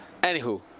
Anywho